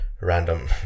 Random